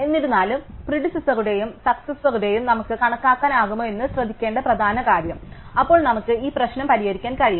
എന്നിരുന്നാലും പ്രീഡിസസുരേടെയും സാക്സസറുടെയും നമുക്ക് കണക്കാക്കാനാകുമോ എന്ന് ശ്രദ്ധിക്കേണ്ട പ്രധാന കാര്യം അപ്പോൾ നമുക്ക് ഈ പ്രശ്നം പരിഹരിക്കാൻ കഴിയും